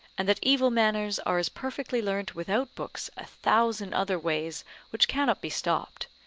and that evil manners are as perfectly learnt without books a thousand other ways which cannot be stopped,